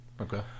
Okay